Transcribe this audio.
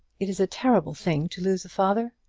it is a terrible thing to lose a father.